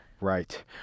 Right